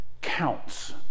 counts